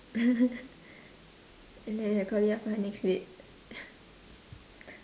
and then I call you up for the next week